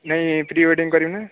ନାଇଁ ପ୍ରିୱେଡିଂ କରିବି ନା